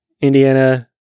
Indiana